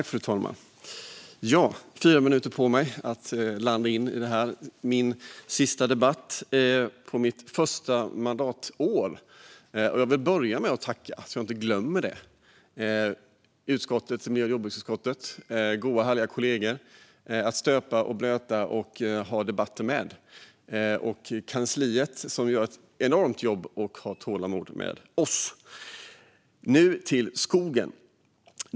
Fru talman! Det här är min sista debatt på mitt första mandatår. Jag vill börja med att tacka så att jag inte glömmer det. I miljö och jordbruksutskottet har jag goa, härliga kollegor att stöta och blöta saker med och att debattera med, och kansliet gör ett enormt jobb och har tålamod med oss. Nu till skogen!